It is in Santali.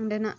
ᱚᱱᱰᱮᱱᱟᱜ